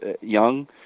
young